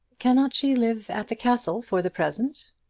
cannot she live at the castle for the present?